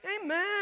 Amen